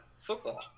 football